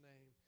name